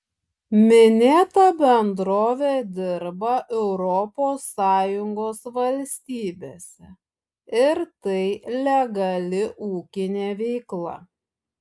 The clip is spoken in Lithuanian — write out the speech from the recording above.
minėta bendrovė dirba europos sąjungos valstybėse ir tai legali ūkinė veikla